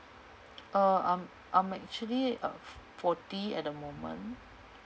uh I'm I'm actually uh f~ forty at the moment